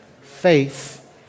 Faith